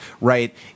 right